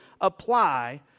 apply